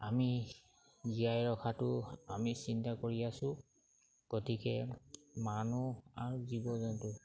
আমি জীয়াই ৰখাটো আমি চিন্তা কৰি আছোঁ গতিকে মানুহ আৰু জীৱ জন্তু